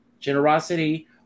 generosity